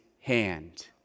hand